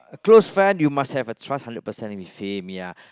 close friend you must have a trust hundred percent with him ya